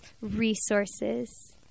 resources